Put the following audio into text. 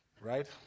Right